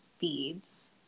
beads